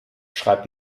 schreibt